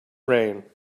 rain